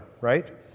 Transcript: right